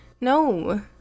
No